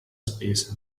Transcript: spesa